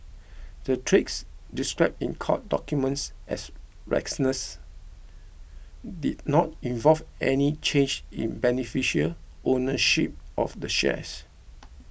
the trades described in court documents as reckless did not involve any change in beneficial ownership of the shares